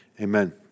amen